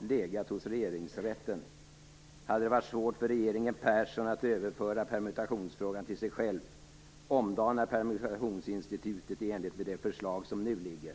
legat hos regeringsrätten i dag hade det varit svårt för regeringen Persson att överföra permutationsfrågan till sig själv och omdana permutationsinstitutet i enlighet med det förslag som nu föreligger.